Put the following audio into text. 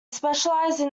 specialised